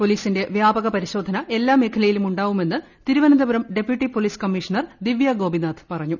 പൊലീസിന്റെ വ്യാപക പ്രിശോധന എല്ലാ മേഖലയിലും ഉണ്ടാവുമെന്ന് Thiruvananthapuram deputy police commissioner Divya Gopinath പറഞ്ഞു